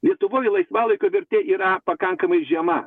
lietuvoje laisvalaikio vertė yra pakankamai žema